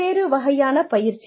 பல்வேறு வகையான பயிற்சி